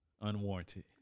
Unwarranted